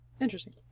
Interesting